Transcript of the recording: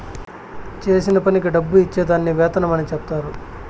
చేసిన పనికి డబ్బు ఇచ్చే దాన్ని వేతనం అని చెప్తారు